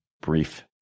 brief